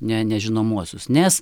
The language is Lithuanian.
ne nežinomuosius nes